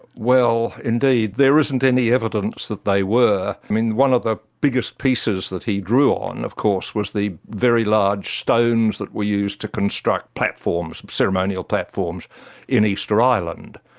well indeed, there isn't any evidence that they were. one of the biggest pieces that he drew on of course was the very large stones that we used to construct platforms, ceremonial platforms in easter island.